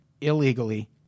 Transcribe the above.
illegally